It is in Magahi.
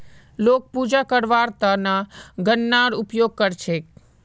लोग पूजा करवार त न गननार उपयोग कर छेक